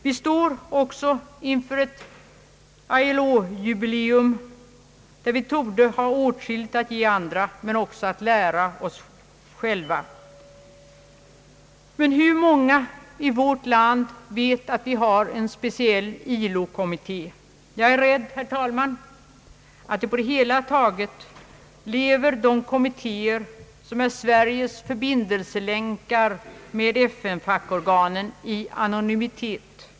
Vi står också inför ett ILO-jubileum, där vi torde ha åtskilligt att ge andra men också att lära oss själva. Men hur många i vårt land vet att vi har en speciell ILO-kommitté? Jag är rädd, herr talman, att de kommittéer som är Sveriges förbindelselänkar med FN fackorganen på det hela taget lever i anonymitet.